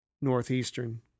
northeastern